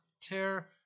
tear